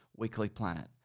weeklyplanet